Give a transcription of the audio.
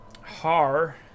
har